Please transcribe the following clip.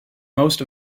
most